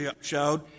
showed